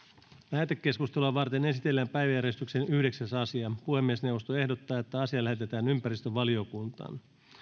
lähetekeskustelua varten esitellään päiväjärjestyksen yhdeksäs asia puhemiesneuvosto ehdottaa että asia lähetetään ympäristövaliokuntaan